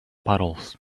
puddles